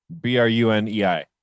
B-R-U-N-E-I